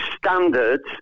standards